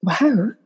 wow